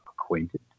acquainted